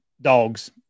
dogs